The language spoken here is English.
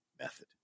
Method